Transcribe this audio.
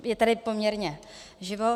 Je tady poměrně živo...